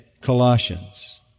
Colossians